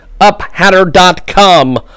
uphatter.com